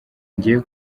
ngiye